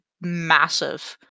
massive